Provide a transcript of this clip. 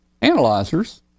analyzers